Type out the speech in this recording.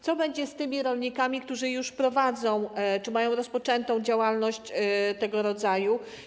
Co będzie z tymi rolnikami, którzy już prowadzą czy już rozpoczęli działalność tego rodzaju?